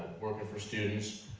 working for students,